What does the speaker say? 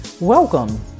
Welcome